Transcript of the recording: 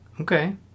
Okay